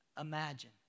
Imagine